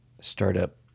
startup